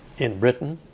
in britain